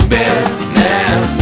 business